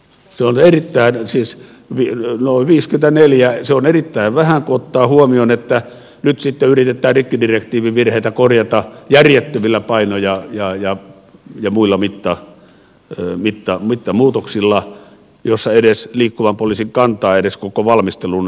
se on erittäin siis vielä noin viiskytä neljä asiantuntijaa se on erittäin vähän kun ottaa huomioon että nyt sitten yritetään rikkidirektiivivirheitä korjata järjettömillä paino ja muilla mittamuutoksilla liikkuvan poliisin kantaa ei edes huolittu koko valmisteluun